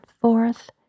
forth